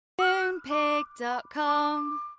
Moonpig.com